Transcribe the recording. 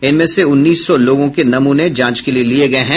इनमें से उन्नीस सौ लोगों के नमूने जांच के लिए लिये गये हैं